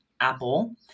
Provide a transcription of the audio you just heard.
Apple